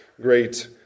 great